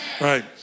right